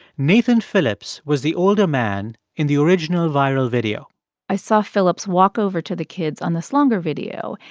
nathan phillips was the older man in the original viral video i saw phillips walk over to the kids on this longer video,